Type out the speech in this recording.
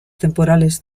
temporales